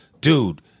dude